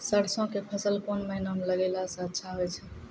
सरसों के फसल कोन महिना म लगैला सऽ अच्छा होय छै?